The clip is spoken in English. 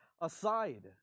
aside